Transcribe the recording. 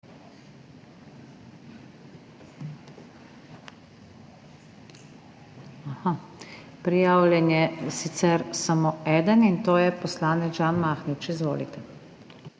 Prijavljen je sicer samo eden, in to je poslanec Žan Mahnič. Izvolite.